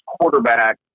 quarterback